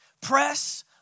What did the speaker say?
press